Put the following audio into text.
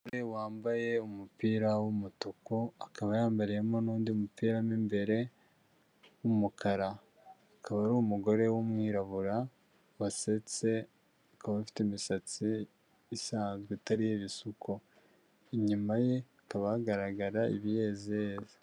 Umugore wambaye umupira w'umutuku akaba yambariyemo n'undi mupira mu imbere w'umukara, akaba ari umugore w'umwirabura wasetse, akaba afite imisatsi isanzwe itari ibisuko, inyuma ye hakaba hagaragara ibiyeziyezi.